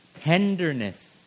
tenderness